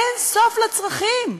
אין סוף לצרכים,